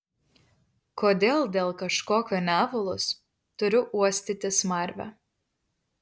kodėl dėl kažkokio nevalos turiu uostyti smarvę